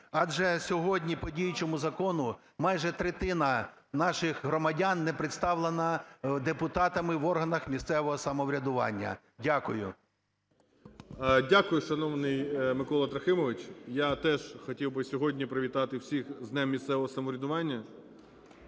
Адже сьогодні по діючому закону майже третина наших громадян не представлена депутатами в органах місцевого самоврядування. Дякую. 10:38:32 ГРОЙСМАН В.Б. Дякую, шановний Микола Трохимович! Я теж хотів би сьогодні привітати всіх з Днем місцевого самоврядування.